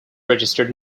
registered